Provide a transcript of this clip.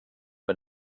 but